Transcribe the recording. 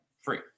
free